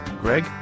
Greg